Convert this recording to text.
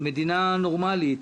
במדינה נורמלית,